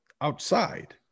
outside